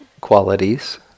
qualities